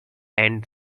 and